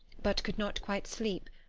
but could not quite sleep,